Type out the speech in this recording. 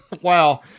Wow